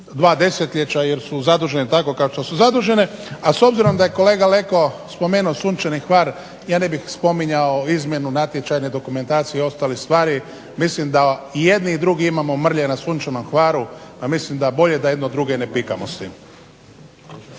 dva desetljeća jer su zadužene tako kako su zadužene, a s obzirom da je kolega Leko spomenuo Sunčani Hvar ja ne bih spominjao izmjenu natječajne dokumentacije i ostale stvari mislim da i jedni i drugi imamo mrlje na Sunčanom Hvaru pa mislim da je bolje da jedni druge ne pikamo s tim.